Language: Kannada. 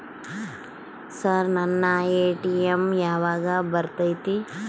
ಸರ್ ನನ್ನ ಎ.ಟಿ.ಎಂ ಯಾವಾಗ ಬರತೈತಿ?